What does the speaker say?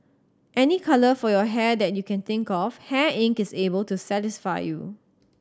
any colour for your hair that you can think of Hair Inc is able to satisfy you